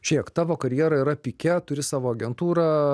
žėk tavo karjera yra pike turi savo agentūrą